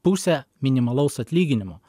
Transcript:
pusę minimalaus atlyginimo